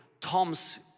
Tom's